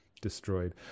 destroyed